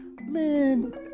man